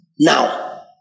Now